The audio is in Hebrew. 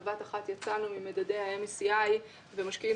בבת אחת יצאנו ממדדי ה-MCI ומאז משקיעים